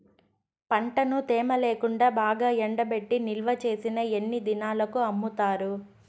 పంటను తేమ లేకుండా బాగా ఎండబెట్టి నిల్వచేసిన ఎన్ని దినాలకు అమ్ముతారు?